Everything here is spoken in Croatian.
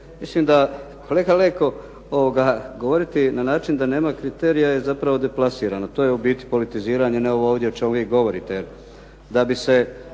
Mislim da kolega Leko govoriti na način da nema kriterija je zapravo deplasirano. To je u biti politiziranje a ne ovo ovdje o čemu vi govorite.